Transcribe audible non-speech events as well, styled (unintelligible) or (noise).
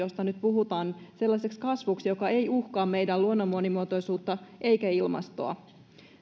(unintelligible) josta nyt puhutaan sellaiseksi kasvuksi joka ei uhkaa meidän luonnon monimuotoisuutta eikä ilmastoa